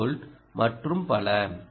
2 volt மற்றும் பல